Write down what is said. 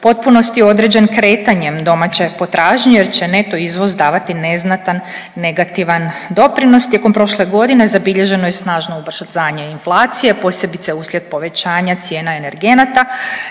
potpunosti određen kretanjem domaće potražnje, jer će neto izvoz davati neznatan negativan doprinos. Tijekom prošle godine zabilježeno je snažno ubrzanje inflacije posebice uslijed povećanja cijena energenata.